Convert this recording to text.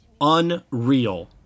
unreal